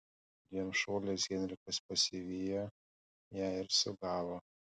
dviem šuoliais henrikas pasivijo ją ir sugavo